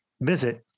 visit